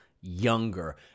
younger